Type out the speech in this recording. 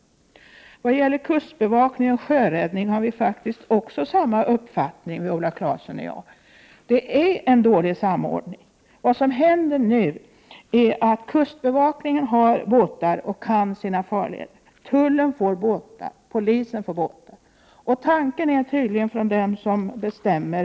När det gäller kustbevakningen och sjöräddningen har vi också samma uppfattning, Viola Claesson och jag. Det är dålig samordning. Vad som nu händer är att kustbevakningen har båtar och känner farvattnen. Tullen får båtar, och polisen får båtar.